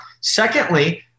Secondly